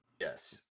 Yes